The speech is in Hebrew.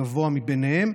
הגבוה מהם,